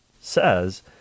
says